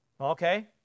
Okay